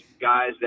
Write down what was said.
guys